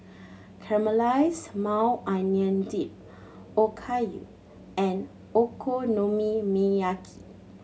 Caramelized Maui Onion Dip Okayu and Okonomiyaki